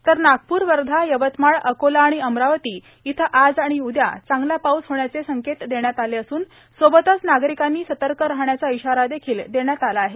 तर नागपूर वर्धा यवतमाळ अकोला आणि अमरावती इथं आज आणि उदया चांगला पाऊस होण्याचे संकेत देण्यात आले असून सोबतच नागरिकांनी सतर्क राहण्याचा इशारा देखील देण्यात आला आहे